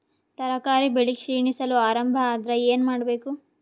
ತರಕಾರಿ ಬೆಳಿ ಕ್ಷೀಣಿಸಲು ಆರಂಭ ಆದ್ರ ಏನ ಮಾಡಬೇಕು?